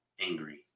angry